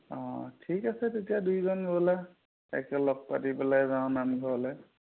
অঁ ঠিক আছে তেতিয়া দুয়োজন ব'লা একেলগ পাতি পেলাই যাওঁ নামঘৰলৈ